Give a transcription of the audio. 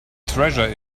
treasure